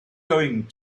going